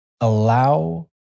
allow